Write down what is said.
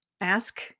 ask